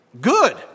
Good